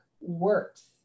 works